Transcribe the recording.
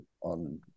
on